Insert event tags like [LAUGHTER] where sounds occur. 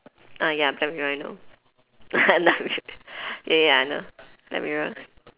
ah ya black mirror I know [LAUGHS] ya ya I know black mirror